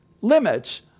limits